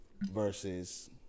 versus